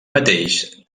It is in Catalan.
mateix